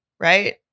Right